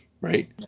right